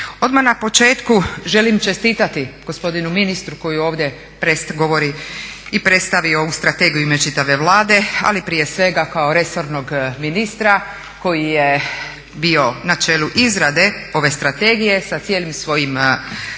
Odmah na početku želim čestitati gospodinu ministru koji ovdje govori i predstavio ovu strategiju u ime čitave Vlade, ali prije svega kao resornog ministra koji je bio na čelu izrade ove strategije sa cijelim svojim timom.